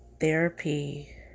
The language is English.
therapy